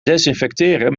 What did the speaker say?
desinfecteren